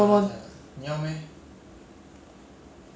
应该真的去 take take your time 因为真的是 for future